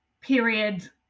period